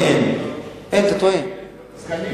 סגנים,